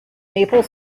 maple